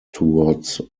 towards